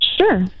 Sure